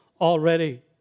already